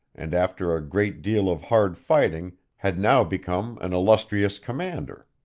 and, after a great deal of hard fighting, had now become an illustrious commander.